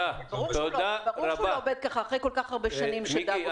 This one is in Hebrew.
ברור שהוא לא עובד ככה אחרי כל כך הרבה שנים שדגו.